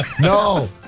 No